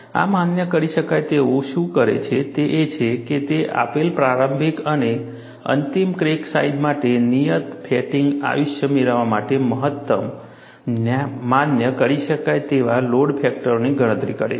આ માન્ય કરી શકાય તેવુ શું કરે છે તે એ છે કે તે આપેલ પ્રારંભિક અને અંતિમ ક્રેક સાઈજ માટે નિયત ફેટિગ આયુષ્ય મેળવવા માટે મહત્તમ માન્ય કરી શકાય તેવા લોડ ફેક્ટરોની ગણતરી કરે છે